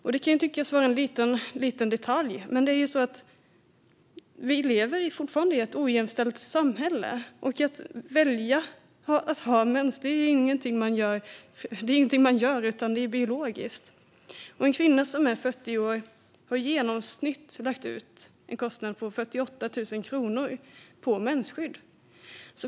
Det här kan tyckas vara en liten detalj, men vi lever fortfarande i ett ojämställt samhälle. Och att ha mens är inget man väljer, utan det är biologiskt. En kvinna som är 40 år gammal har i genomsnitt lagt 48 000 kronor på mensskydd.